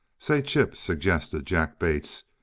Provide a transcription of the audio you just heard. say, chip, suggested jack bates,